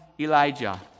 Elijah